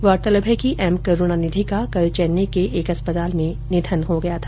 गौरतलब है कि एम करूणानिधि का कल चेन्नई के एक अस्पताल में निधन हो गया था